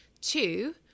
Two